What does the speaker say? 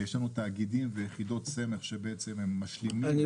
יש לנו תאגידים ויחידות סמך שבעצם משלימים --- אני